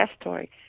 story